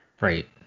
Right